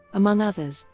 among others,